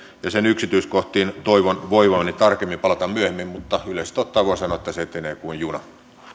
ja sen yksityiskohtiin toivon voivani tarkemmin palata myöhemmin mutta yleisesti ottaen voin sanoa että se etenee kuin juna